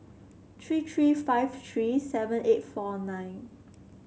three three five three seven eight four nine